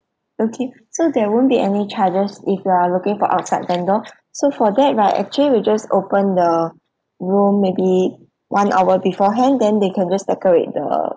okay so there won't be any charges if you are looking for outside vendor so for that right actually we'll just open the room maybe one hour beforehand then they can just decorate the